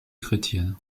chrétienne